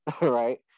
right